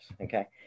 okay